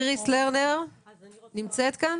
איריס לרנר בבקשה.